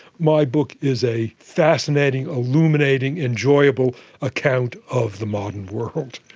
my book is a fascinating, illuminating, enjoyable account of the modern world.